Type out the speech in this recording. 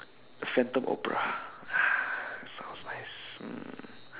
phantom opera sounds nice ah sounds nice mm